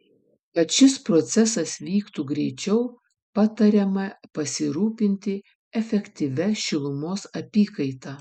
kad šis procesas vyktų greičiau patariama pasirūpinti efektyvia šilumos apykaita